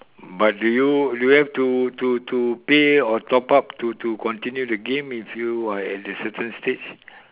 but do you do you have to to to pay or top up to to continue the game if you are at a certain stage